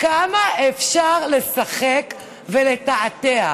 כמה אפשר לשחק ולתעתע?